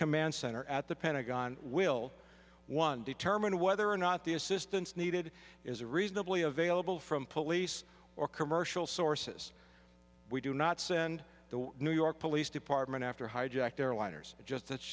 command center at the pentagon will one determine whether or not the assistance needed is a reasonably available from police or commercial sources we do not send the new york police department after hijacked airliners just that's